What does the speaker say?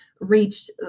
reach